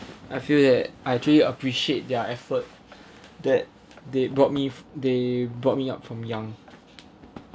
I feel that I actually appreciate their effort that they brought me they brought me up from young